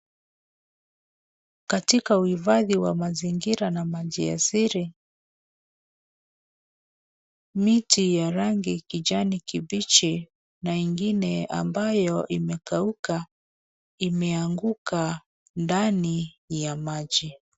Katika uhifadhi wa mazingira na maliasili, miti ya rangi ya kijani kibichi na ingine ambayo imekauka imeanguka ndani ya maji.